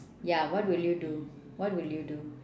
ya what will you do what will you do